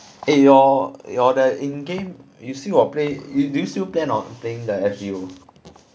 eh your your order in game you still got play do you plan on playing the F_G_O